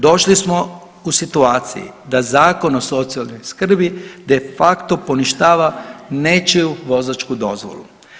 Došli smo u situaciju da Zakon o socijalnoj skrbi de facto poništava nečiju vozačku dozvolu.